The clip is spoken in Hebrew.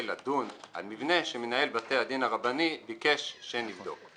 לדון על מבנה שמנהל בתי הדין הרבני ביקש שנבדוק.